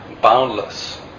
boundless